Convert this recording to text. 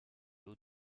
haut